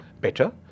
better